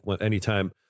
anytime